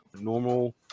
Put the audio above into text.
normal